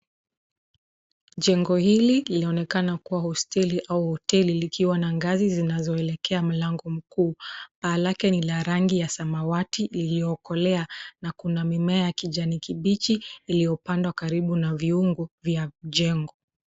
Jengo hili linaonekana hosteli au hoteli likiwa na ngazi zinazoelekea mlango mkuu. Paa lake ni la rangi ya samawati iliyokolea na kuna mimea ya kijani kibichi iliyopandwa karibu na viungu vya jengo.